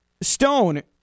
Stone